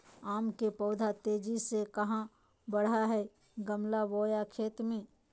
आम के पौधा तेजी से कहा बढ़य हैय गमला बोया खेत मे?